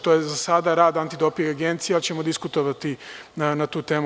To je za sada rad Antidoping agencije, ali ćemo diskutovati na tu temu.